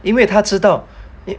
因为他知道